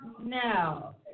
now